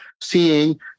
seeing